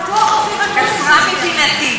בטוח אופיר אקוניס הכי קהילתי.